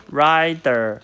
rider